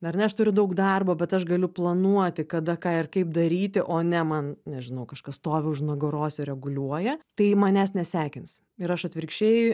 ar ne aš turiu daug darbo bet aš galiu planuoti kada ką ir kaip daryti o ne man nežinau kažkas stovi už nugaros ir reguliuoja tai manęs nesekins ir aš atvirkščiai